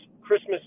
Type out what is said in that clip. Christmas